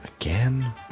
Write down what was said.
Again